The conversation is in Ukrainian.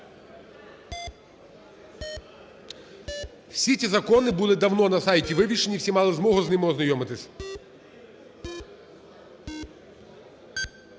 Всі ці закони були давно на сайті вивішені, всі мали змогу з ними ознайомитись.